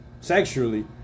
sexually